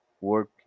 work